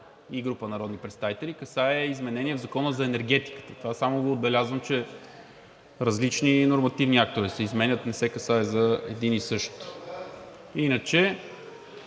и група народни представители касае изменение в Закона за енергетиката. Това само го отбелязвам – че различни нормативни актове се изменят, не се касае за един и същ. Подлагам